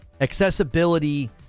accessibility